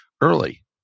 early